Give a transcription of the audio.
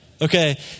Okay